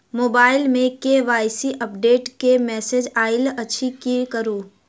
Mobile मे KYC update केँ message आइल अछि की करू?